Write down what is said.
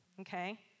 Okay